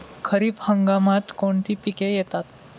खरीप हंगामात कोणती पिके येतात?